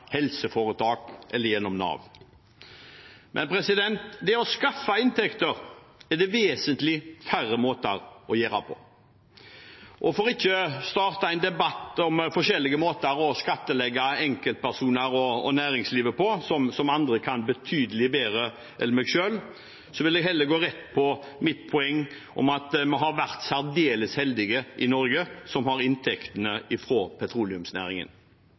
helseforetak eller Nav. Men det er vesentlig færre måter å skaffe inntekter på. For ikke å starte en debatt om forskjellige måter å skattlegge enkeltpersoner og næringslivet på – som andre kan betydelig bedre enn meg selv – vil jeg heller gå rett på mitt poeng: Vi har vært særdeles heldige i Norge som har inntektene fra petroleumsnæringen.